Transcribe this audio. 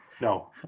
No